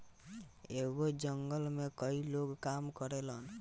एगो जंगल में कई लोग काम करेलन